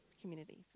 communities